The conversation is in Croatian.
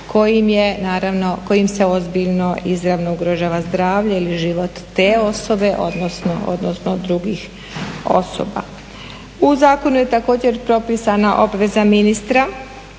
kojim se ozbiljno izravno ugrožava zdravlje ili život te osobe odnosno drugih osoba. U zakonu je također propisana obveza ministra